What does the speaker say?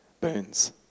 burns